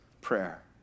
prayer